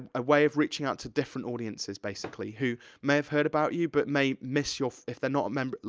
ah a way of reaching out to different audiences, basically, who may have heard about you, but may miss your, if they're not a member,